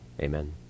Amen